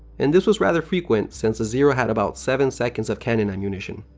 and this was rather frequent since a zero had about seven seconds of canon ammunition.